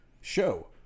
show